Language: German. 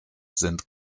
sind